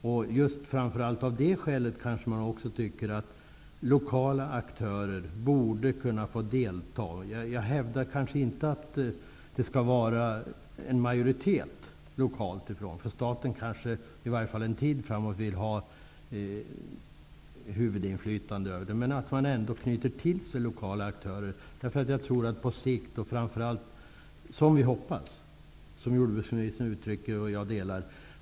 Det är kanske framför allt av det skälet som lokala aktörer borde kunna få delta i detta. Jag hävdar inte att det skall vara en majoritet av lokala intressen, eftersom staten kanske vill ha huvudinflytande över det, i alla fall för en tid framåt, men man borde ändå kunna knyta till sig lokala aktörer. På sikt tror och hoppas jag att turismen skall växa till sig i vårt land, precis som jordbruksministern uttryckte det.